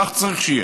כך צריך שיהיה.